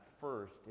first